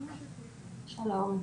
שלום.